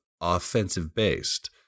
offensive-based